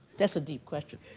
that's a deep question.